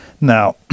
now